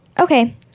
Okay